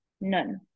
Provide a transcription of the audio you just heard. None